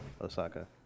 Osaka